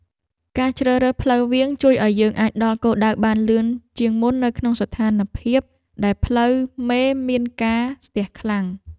ការជ្រើសរើសផ្លូវវាងជួយឱ្យយើងអាចដល់គោលដៅបានលឿនជាងមុននៅក្នុងស្ថានភាពដែលផ្លូវមេមានការស្ទះខ្លាំង។